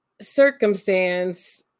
circumstance